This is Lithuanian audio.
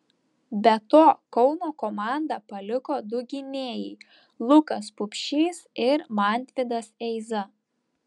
be to kauno komandą paliko du gynėjai lukas pupšys ir mantvydas eiza